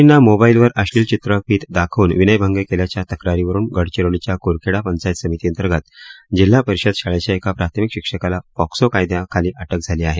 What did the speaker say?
विद्यार्थिनींना मोबाईलवर अश्निल चित्रफित दाखवून विनयभंग केल्याच्या तक्रारीवरून गडचिरोलीच्या कुरखेडा पंचायत समितींतर्गत जिल्हा परिषद शाळेच्या एका प्राथमिक शिक्षकाला पोक्सो कायद्याखाली अटक झाली आहे